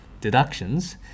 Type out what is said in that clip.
deductions